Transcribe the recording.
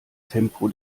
tempo